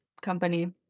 company